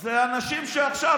אלה אנשים שעכשיו,